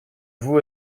voue